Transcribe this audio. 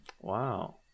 Wow